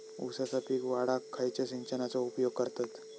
ऊसाचा पीक वाढाक खयच्या सिंचनाचो उपयोग करतत?